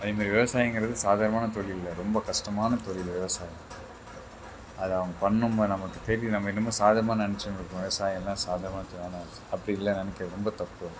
அதேமாரி விவசாயங்கிறது சாதாரணமான தொழில் இல்லை ரொம்ப கஷ்டமான தொழில் விவசாயம் அது அவங்க பண்ணிணோம்னா நமக்கு தெரியல நம்ம என்னமோ சாதாரணமாக நினச்சின் இருக்கோம் விவசாயமெல்லாம் சாதாரண அப்படியெல்லாம் நினைக்காத ரொம்ப தப்பு